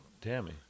Tammy